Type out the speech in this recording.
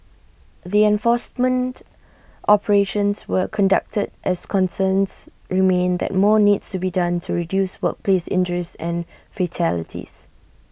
the enforcement operations were conducted as concerns remain that more needs to be done to reduce workplace injuries and fatalities